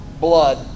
blood